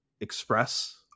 express